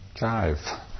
jive